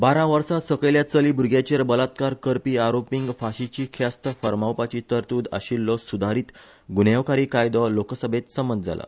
बारा वर्सां सकयल्या चली भुरग्याचेर बलात्कार करपी आरोपिंक फाशीची ख्यास्त फरमावपाची तरतुद आशिल्लो सुधारीत गुन्यावकारी कायदो लोकसभेंत संमंत जाला